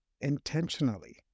intentionally